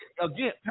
again